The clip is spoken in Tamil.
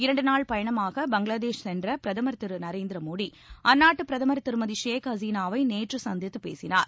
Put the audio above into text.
இரண்டு நாள் பயணமாக பங்களாதேஷ் சென்ற பிரதமர் திரு நரேந்திர மோடி அந்நாட்டு பிரதமர் திருமதி ஷேக் ஹசீனாவை நேற்று சந்தித்துப் பேசினார்